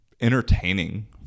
entertaining